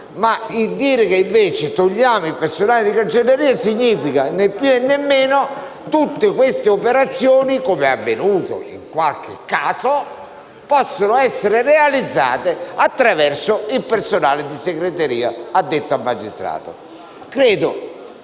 Tuttavia togliere il personale di cancelleria significa né più né meno che tutte queste operazioni, come è avvenuto in qualche caso, possono essere realizzate attraverso il personale di segreteria addetto al magistrato. Signor